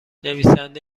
نویسنده